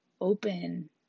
open